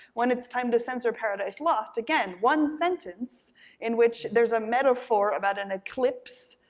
when it's time to censor paradise lost, again one sentence in which there's a metaphor about an eclipse.